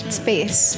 space